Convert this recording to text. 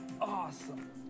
awesome